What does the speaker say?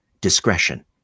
discretion